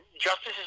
justice